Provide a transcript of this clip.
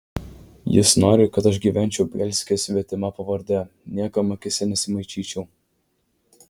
jis nori kad aš gyvenčiau bielske svetima pavarde niekam akyse nesimaišyčiau